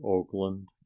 Oakland